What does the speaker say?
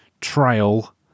trail